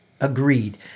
agreed